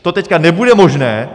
To teď nebude možné.